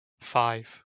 five